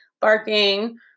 barking